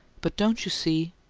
but don't you see?